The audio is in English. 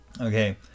okay